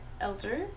Elder